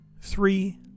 Three